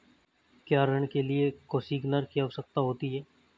क्या ऋण के लिए कोसिग्नर की आवश्यकता होती है?